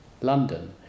London